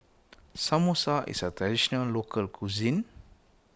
Samosa is a Traditional Local Cuisine